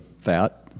fat